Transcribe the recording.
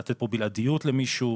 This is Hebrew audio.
לתת פה בלעדיות למישהו.